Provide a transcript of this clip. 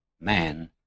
Man